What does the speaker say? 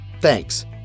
Thanks